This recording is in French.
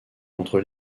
contre